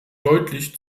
deutlich